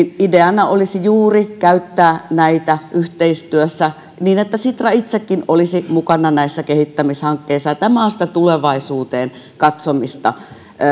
ideana olisi juuri käyttää näitä yhteistyössä niin että sitra itsekin olisi mukana näissä kehittämishankkeissa tämä on sitä tulevaisuuteen katsomista